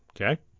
Okay